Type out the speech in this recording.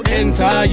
enter